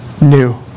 new